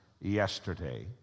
yesterday